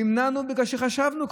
נמנענו בגלל שחשבנו,